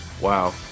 Wow